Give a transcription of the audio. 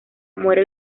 muere